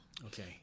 Okay